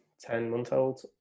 ten-month-old